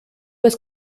was